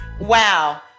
Wow